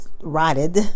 rotted